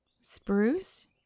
Spruce